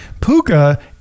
Puka